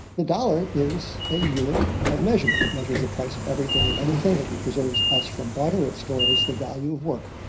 the dollar is a unit of measurement. it measures the price of everything and anything. it preserves us from barter. it stores the value of work.